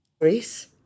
Greece